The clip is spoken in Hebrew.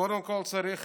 קודם כול, צריך